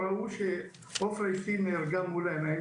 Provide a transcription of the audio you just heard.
ראו שעופרה אשתי נהרגה מול עיניי,